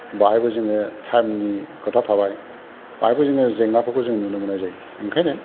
बेहायबो जोङो थायमनि खोथा थाबाय बेहायबो जोङो जेंनाफोरखो जोङो नुनो मोन्नाय जायो ओंखायनो